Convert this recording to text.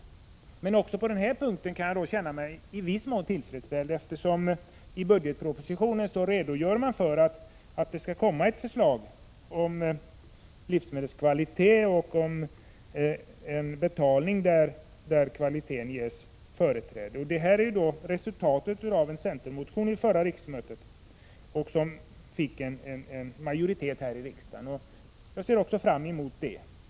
Även på denna punkt känner jag mig i viss mån tillfredsställd, eftersom det i budgetpropositionen redogörs för ett förslag som skall läggas fram om livsmedelskvalitet och om betalning där kvalitet ges företräde. Detta är resultatet av en centermotion vid förra riksmötet som fick majoritet här i riksdagen. Jag ser fram mot förslaget.